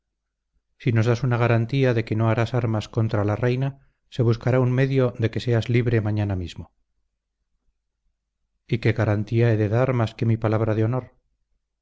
si nos das una garantía de que no harás armas contra la reina se buscará un medio de que seas libre mañana mismo y qué garantía he de dar más que mi palabra de honor